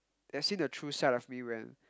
they have seen the true side of me when